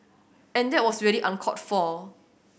and that was really uncalled for